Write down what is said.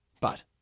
But